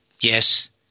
Yes